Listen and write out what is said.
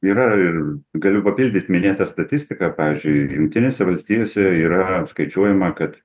yra ir galiu papildyt minėta statistika pavyzdžiui jungtinėse valstijose yra skaičiuojama kad